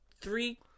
three